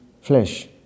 flesh